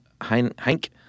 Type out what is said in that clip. Hank